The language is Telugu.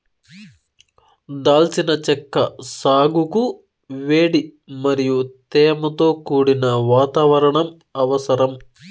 దాల్చిన చెక్క సాగుకు వేడి మరియు తేమతో కూడిన వాతావరణం అవసరం